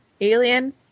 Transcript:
Alien